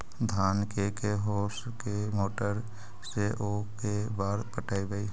धान के के होंस के मोटर से औ के बार पटइबै?